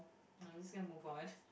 I'm just get to move on